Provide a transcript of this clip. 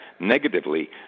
negatively